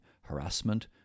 harassment